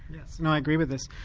yeah you know i agree with this.